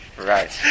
right